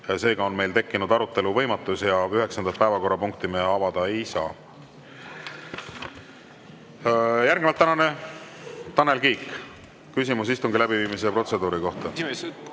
Seega on meil tekkinud arutelu võimatus ja üheksandat päevakorrapunkti me avada ei saa. Järgnevalt tänane … Tanel Kiik, küsimus istungi läbiviimise protseduuri kohta.